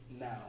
Now